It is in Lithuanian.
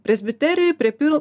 presbiterijoj prie pil